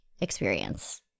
experience